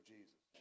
Jesus